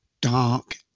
Dark